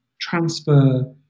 transfer